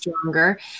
stronger